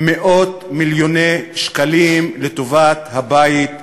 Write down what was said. מאות מיליוני שקלים לטובת הבית היהודי.